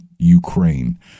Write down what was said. Ukraine